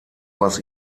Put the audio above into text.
was